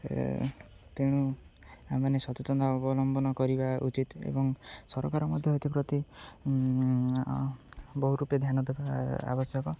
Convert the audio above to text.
ତେଣୁ ଆମମାନେ ସଚେତନ ଅବଲମ୍ବନ କରିବା ଉଚିତ ଏବଂ ସରକାର ମଧ୍ୟ ଏଥିପ୍ରତି ବହୁ ରୂପେ ଧ୍ୟାନ ଦେବା ଆବଶ୍ୟକ